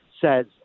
says